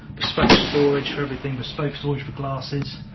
bespoke storage for everything, bespoke storage for glasses,